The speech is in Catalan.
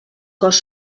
cos